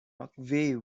mcveigh